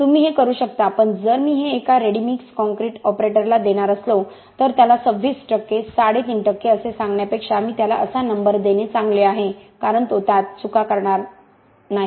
तुम्ही हे करू शकता पण जर मी हे एका रेडी मिक्स कॉंक्रीट ऑपरेटरला देणार असलो तर त्याला 26 टक्के साडेतीन टक्के असे सांगण्यापेक्षा मी त्याला असा नंबर देणे चांगले आहे कारण तो चुका करणार आहे